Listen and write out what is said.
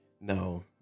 No